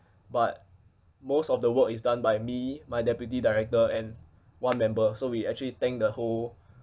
but most of the work is done by me my deputy director and one member so we actually tanked the whole